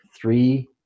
three